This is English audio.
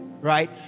right